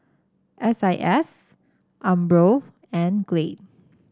S I S Umbro and Glade